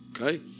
Okay